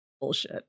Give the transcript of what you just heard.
bullshit